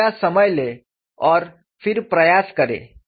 कृपया समय लें और फिर प्रयास करें